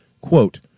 quote